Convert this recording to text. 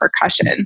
percussion